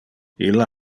illa